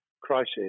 crisis